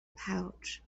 pouch